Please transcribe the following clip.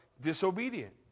disobedient